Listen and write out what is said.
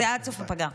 זה עד סוף הפגרה.